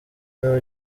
niwe